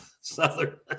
Southern